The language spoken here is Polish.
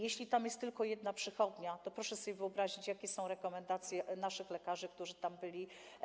Jeśli tam jest tylko jedna przychodnia, to proszę sobie wyobrazić, jakie są rekomendacje naszych lekarzy, którzy tam byli.